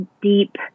Deep